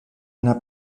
una